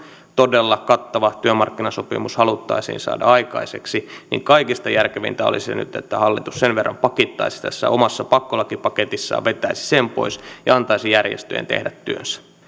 todella kattava työmarkkinasopimus haluttaisiin saada aikaiseksi niin kaikista järkevintä olisi nyt että hallitus sen verran pakittaisi tässä omassa pakkolakipaketissaan vetäisi sen pois ja antaisi järjestöjen tehdä työnsä